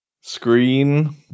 Screen